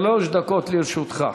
שלוש דקות לרשותך.